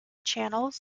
channels